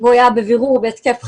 והוא היה בבירור בהתקף חרדה.